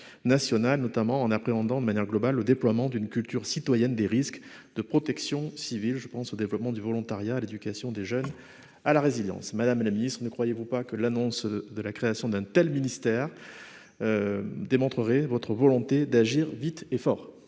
notamment en appréhendant d'une manière globale le déploiement d'une culture citoyenne des risques de protection civile ; je pense au développement du volontariat et à l'éducation des jeunes à la résilience. Madame la secrétaire d'État, ne croyez-vous pas que l'annonce de la création d'un tel ministère démontrerait votre volonté d'agir vite et fort ?